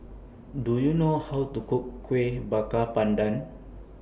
Do YOU know How to Cook Kuih Bakar Pandan